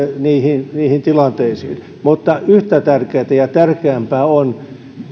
niihin niihin tilanteisiin mutta yhtä tärkeätä ja tärkeämpää on